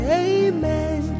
amen